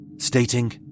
Stating